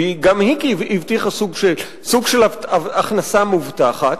והיא גם הבטיחה סוג של הכנסה מובטחת,